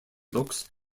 looks